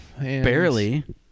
Barely